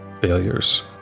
Failures